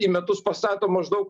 į metus pastato maždaug